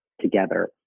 together